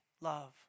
love